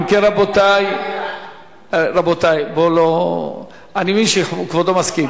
אם כן, רבותי, רבותי, אני מבין שכבודו מסכים.